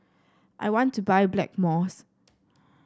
I want to buy Blackmores